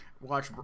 Watch